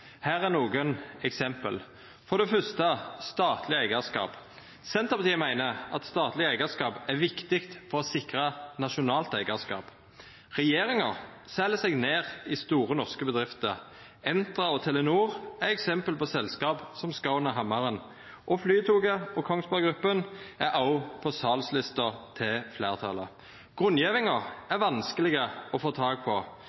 Her er nokre eksempel: For det første statleg eigarskap: Senterpartiet meiner at statleg eigarskap er viktig for å sikra nasjonalt eigarskap. Regjeringa sel seg ned i store norske bedrifter. Entra og Telenor er eksempel på selskap som skal under hammaren. Flytoget og Kongsberg Gruppen er òg på salslista til fleirtalet. Grunngjevinga er vanskeleg å få tak på.